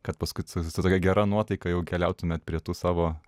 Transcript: kad paskui su su tokia gera nuotaika jau keliautumėt prie tų savo